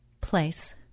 place